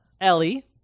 Ellie